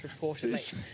reportedly